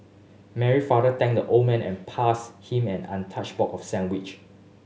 Mary father thanked the old man and passed him an untouched box of sandwich